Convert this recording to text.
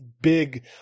big